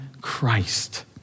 Christ